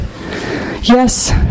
Yes